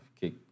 Kick